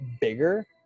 bigger